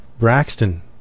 braxton